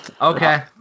Okay